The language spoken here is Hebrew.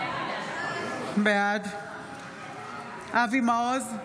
בעד אבי מעוז,